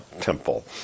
temple